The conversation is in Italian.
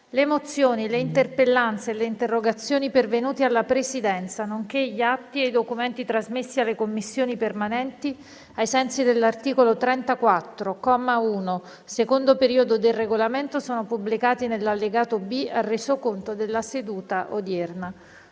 Le mozioni, le interpellanze e le interrogazioni pervenute alla Presidenza, nonché gli atti e i documenti trasmessi alle Commissioni permanenti ai sensi dell'articolo 34, comma 1, secondo periodo, del Regolamento sono pubblicati nell'allegato B al Resoconto della seduta odierna.